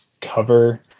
cover